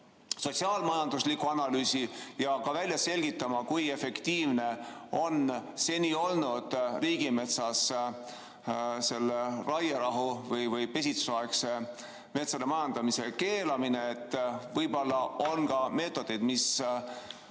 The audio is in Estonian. sotsiaal-majandusliku analüüsi ja ka välja selgitama, kui efektiivne on seni olnud riigimetsas raierahu ehk pesitsusaegse metsade majandamise keelamine? Võib-olla on ka meetodeid, mis